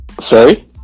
Sorry